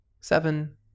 Seven